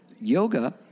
yoga